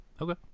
Okay